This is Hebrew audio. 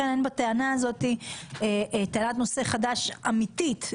הוספת עילה חדשה שהוגשה בהצעת החוק הממשלתית.